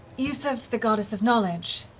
you serve the goddess of knowledge,